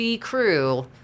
crew